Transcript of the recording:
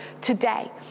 today